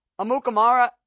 Amukamara